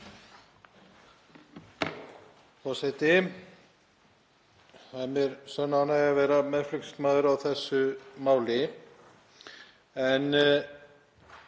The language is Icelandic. Það er mér sönn ánægja að vera meðflutningsmaður á þessu máli.